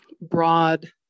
broad